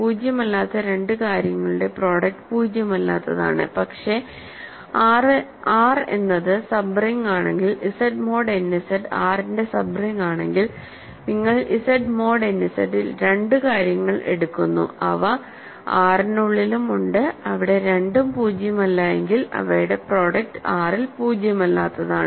പൂജ്യമല്ലാത്ത രണ്ട് കാര്യങ്ങളുടെ പ്രോഡക്ട് പൂജ്യമല്ലാത്തതാണ് പക്ഷേ R എന്നത് സബ് റിങ് ആണെങ്കിൽ Z mod n Z R ന്റെ സബ് റിങ് ആണെങ്കിൽ നിങ്ങൾ Z മോഡ് n Z ൽ രണ്ട് കാര്യങ്ങൾ എടുക്കുന്നു അവ R നുള്ളിലും ഉണ്ട് അവിടെ രണ്ടും പൂജ്യമല്ലായെങ്കിൽ ഇവയുടെ പ്രോഡക്ട് R ൽ പൂജ്യമല്ലാത്തതാണ്